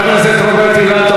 חבר הכנסת רוברט אילטוב,